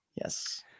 yes